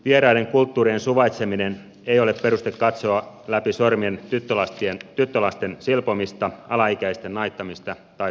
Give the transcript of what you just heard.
vieraiden kulttuurien suvaitseminen ei ole peruste katsoa läpi sormien tyttölasten silpomista alaikäisten naittamista tai pedofiliaa